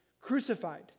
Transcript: crucified